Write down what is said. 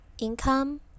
income